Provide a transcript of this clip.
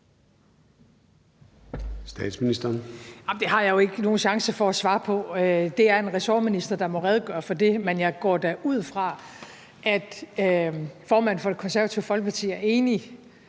Det har jeg jo ikke nogen chance for at svare på. Det er en ressortminister, der må redegøre for det, men jeg går da ud fra, at formanden for Det Konservative Folkeparti er enig